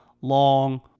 long